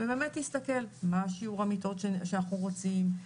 ובאמת תסתכל מה שיעור המיטות שאנחנו רוצים,